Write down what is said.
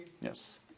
Yes